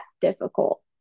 difficult